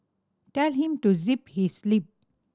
tell him to zip his lip